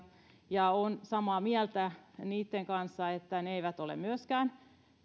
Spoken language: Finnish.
olen samaa mieltä niistä että ne eivät myöskään